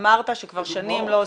אמרת שכבר שנים לא עושים.